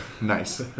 Nice